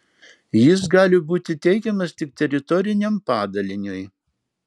jis gali būti teikiamas tik teritoriniam padaliniui